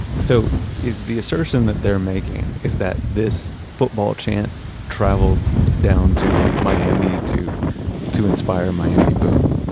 so is the assertion that they're making, is that this football chant traveled down to miami to to inspire miami boom?